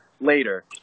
later